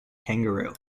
kangaroo